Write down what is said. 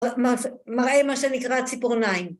מראה מה שנקרא ציפורניים.